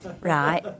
right